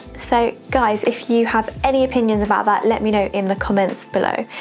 so guys, if you have any opinions about that, let me know in the comments below.